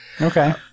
Okay